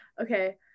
okay